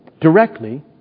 Directly